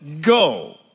go